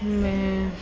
ਮੈਂ